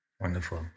Wonderful